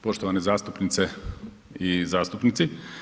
Poštovane zastupnice i zastupnici.